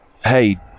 Hey